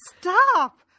Stop